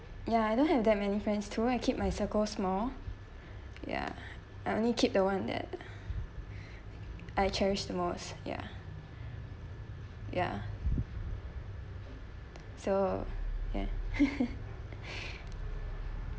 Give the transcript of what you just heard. ya I don't have that many friends too I keep my circle small ya I only keep the one that I cherish the most ya ya so ya